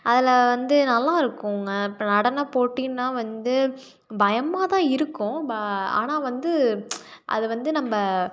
அதில் வந்து நல்லாயிருக்குங்க இப்போ நடனப் போட்டினால் வந்து பயமாக தான் இருக்கும் ப ஆனால் வந்து அதை வந்து நம்ப